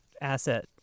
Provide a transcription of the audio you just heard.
asset